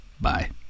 Bye